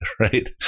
right